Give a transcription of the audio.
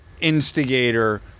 instigator